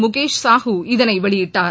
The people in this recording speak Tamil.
முகேஷ் சாஹூ இதனை வெளியிட்டார்